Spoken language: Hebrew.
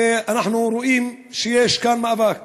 אנחנו רואים שיש כאן מאבק